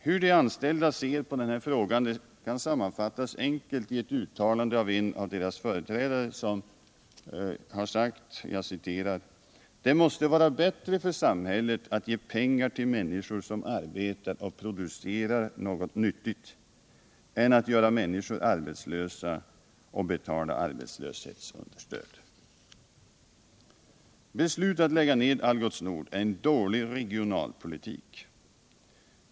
Hur de anställda ser på denna fråga kan sammanfattas enkelt i ett uttalande av en av deras företrädare som har sagt: ”Det måste vara bättre för samhället att ge pengar till människor som arbetar och producerar något nyttigt än att göra människor arbetslösa och betala arbetslöshetsunderstöd.” Beslutet att lägga ned Algots Nord är en dålig regionalpolitik.